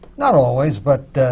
not always, but